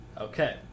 Okay